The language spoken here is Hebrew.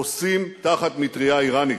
חוסים תחת מטרייה אירנית.